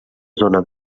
zona